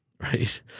right